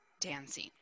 dancing